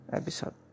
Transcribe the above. episode